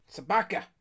Sabaka